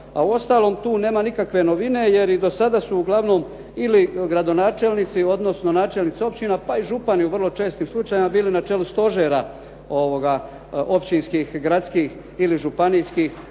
A u ostalom tu nema nikakve novine jer i do sada su uglavnom ili gradonačelnici, odnosno načelnici općina pa i župani u vrlo čestim slučajevima bili na čelu stožera općinskih, gradskih ili županijskih